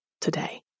today